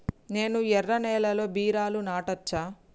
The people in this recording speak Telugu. నేను ఎర్ర నేలలో బీరలు నాటచ్చా?